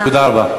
תודה רבה.